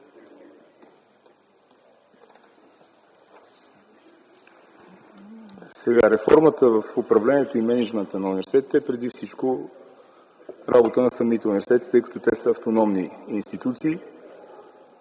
Реформата в управлението и мениджмънта на университетите е преди всичко работа на самите университети, тъй като те са автономни институции.